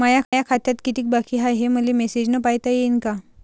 माया खात्यात कितीक बाकी हाय, हे मले मेसेजन पायता येईन का?